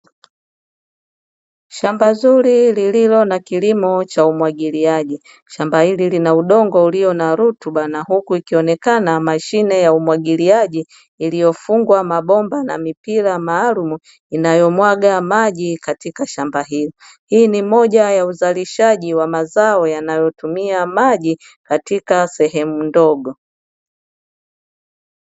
Shamba zuri lililo na kilimo cha umwagiliaji. Shamba hili lina udongo ulio na rutuba huku ikionekana mashine ya umwagiliaji iliyofungwa mabomba na mipira maalumu inayomwaga maji katika shamba hili. Hii ni moja ya uzalishaji wa mazao yanayotumia maji katika sehemu ndogo.